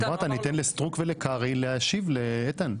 אמרת: אני אתן לסטרוק ולקרעי להשיב לאיתן.